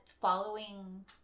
following